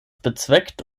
bezweckt